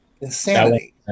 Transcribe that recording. insanity